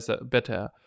better